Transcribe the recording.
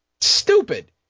Stupid